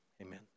Amen